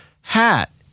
hat